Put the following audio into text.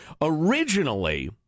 Originally